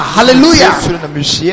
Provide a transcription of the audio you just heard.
Hallelujah